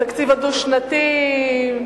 בתקציב הדו-שנתי,